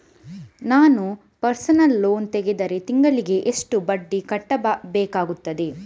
ನಾನು personal loan ತೆಗೆದರೆ ತಿಂಗಳಿಗೆ ಎಷ್ಟು ಬಡ್ಡಿ ಕಟ್ಟಬೇಕಾಗುತ್ತದೆ?